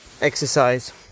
exercise